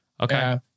Okay